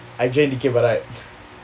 I join dikir barat